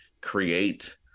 create